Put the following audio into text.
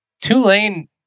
Tulane